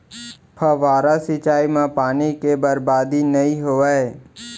फवारा सिंचई म पानी के बरबादी नइ होवय